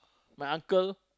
my uncle